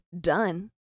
done